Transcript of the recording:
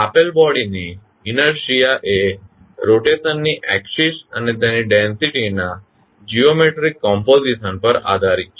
હવે આપેલ બોડીની ઇનેર્શીઆ એ રોટેશન ની એક્ષીસ અને તેની ડેન્સીટી ના જીઓમેટ્રીક કમ્પોઝિશન પર આધારિત છે